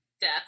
death